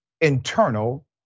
internal